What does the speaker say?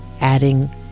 adding